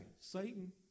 Satan